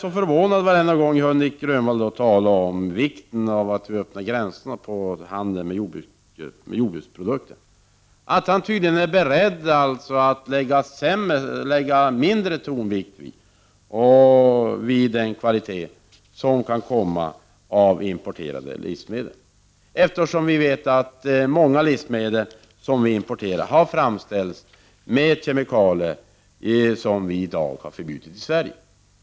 Det förvånar mig varje gång Nic Grönvall talar om vikten av att öppna gränserna för handel med jordbruksprodukter. Han är tydligen beredd att lägga mindre tonvikt vid importerade livsmedels kvalitet. Vi vet ju att många importerade livsmedel har framställts med kemikalier som vi förbjuder i Sverige.